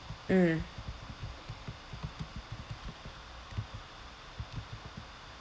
mm